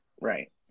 Right